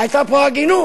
היתה פה הגינות,